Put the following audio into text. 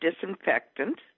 disinfectant